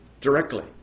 directly